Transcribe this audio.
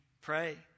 pray